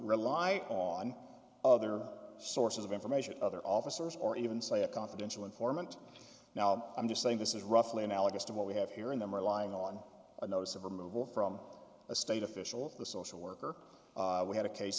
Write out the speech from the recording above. rely on other sources of information other officers or even say a confidential informant now i'm just saying this is roughly analogous to what we have here in them relying on a notice of removal from a state official the social worker we had a case